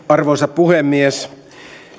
arvoisa puhemies